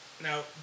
Now